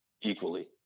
equally